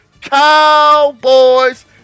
Cowboys